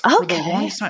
okay